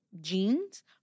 jeans